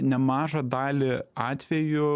nemažą dalį atvejų